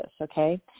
okay